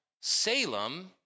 Salem